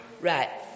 Right